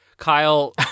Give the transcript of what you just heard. Kyle